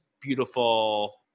beautiful